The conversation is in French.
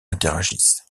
interagissent